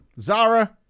Zara